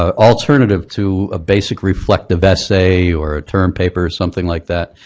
ah alternative to a basic reflective essay or a term paper or something like that.